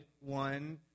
one